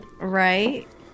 Right